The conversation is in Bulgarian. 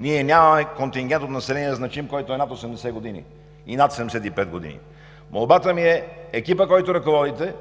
Ние нямаме значим контингент от население, който е над 75 и над 80 години. Молбата ми е: екипът, който ръководите